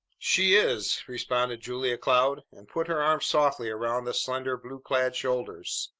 she is! responded julia cloud, and put her arms softly around the slender blue-clad shoulders.